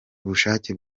ubushake